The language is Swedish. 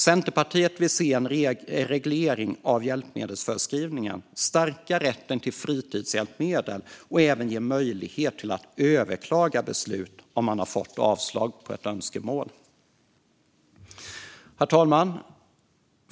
Centerpartiet vill se en reglering av hjälpmedelsförskrivningen, stärka rätten till fritidshjälpmedel och även ge möjlighet till att överklaga beslut om man har fått avslag på ett önskemål. Herr talman!